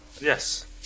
Yes